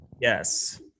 Yes